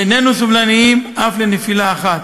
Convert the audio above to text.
איננו סובלניים אף לנפילה אחת.